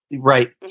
Right